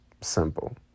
Simple